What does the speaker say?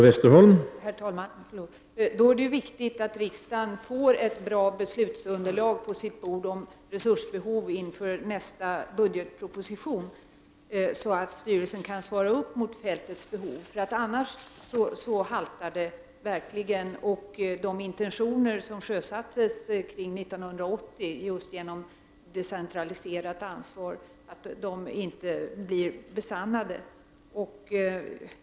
Herr talman! Då är det viktigt att riksdagen inför nästa budgetproposition på sitt bord får ett bra beslutsunderlag beträffande resurstilldelningen, så att styrelsen kan tillgodose behoven ute på fältet. Annars haltar det verkligen när det gäller genomförandet av de intentioner om ett decentraliserat ansvar som sjösattes omkring 1980.